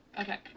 Okay